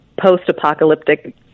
post-apocalyptic